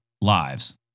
lives